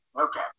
Okay